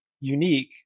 unique